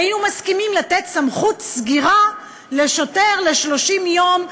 היינו מסכימים לתת סמכות סגירה לשוטר ל-30 יום,